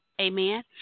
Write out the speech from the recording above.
amen